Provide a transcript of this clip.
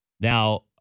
Now